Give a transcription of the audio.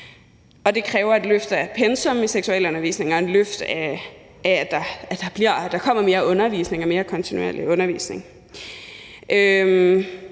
Det kræver et løft af pensum i seksualundervisningen og et løft af omfanget af undervisning og mere kontinuerlig undervisning.